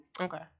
Okay